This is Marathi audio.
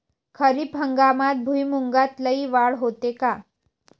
खरीप हंगामात भुईमूगात लई वाढ होते का?